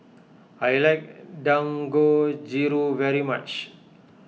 I like Dangojiru very much